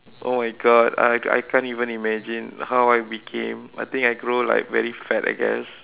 oh my God I I can't even imagine how I became I think I grow like very fat I guess